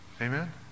Amen